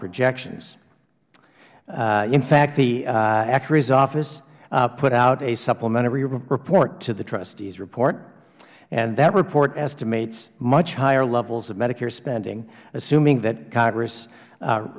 projections in fact the actuary's office put out a supplementary report to the trustees report and that report estimates much higher levels of medicare spending assuming that congress